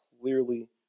clearly